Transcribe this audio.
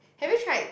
have you tried